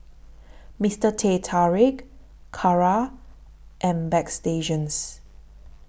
Mister Teh Tarik Kara and Bagstationz